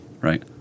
right